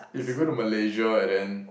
if you go to Malaysia and then